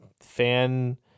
fan